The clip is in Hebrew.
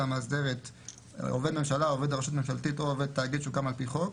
המאסדרת עובד ממשלה או עובד רשות ממשלתית או עובד תאגיד שהוקם על פי חוק,